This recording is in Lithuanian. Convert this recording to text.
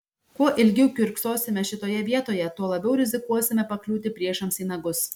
kuo ilgiau kiurksosime šitoje vietoje tuo labiau rizikuosime pakliūti priešams į nagus